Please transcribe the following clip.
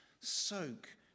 soak